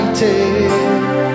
take